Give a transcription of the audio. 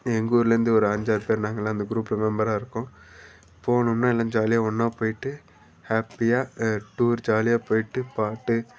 எங்கள் ஊரிலேருந்து ஒரு அஞ்சாறு பேர் நாங்களெலாம் அந்த க்ரூப்பில் மெம்பராக இருக்கோம் போனோம்னால் எல்லாம் ஜாலியாக ஒன்றா போயிட்டு ஹாப்பியாக டூர் ஜாலியாக போயிட்டு பாட்டு